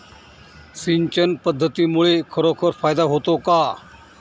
सिंचन पद्धतीमुळे खरोखर फायदा होतो का?